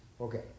Okay